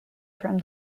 from